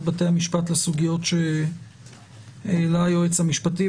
בתי המשפט לסוגיות שהעלה היועץ המשפטי,